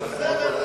יש, בסדר.